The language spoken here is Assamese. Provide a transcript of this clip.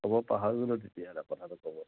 হ'ব পাহৰি গ'লোঁ তেতিয়াহ'লে কথাটো ক'ব